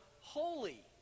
holy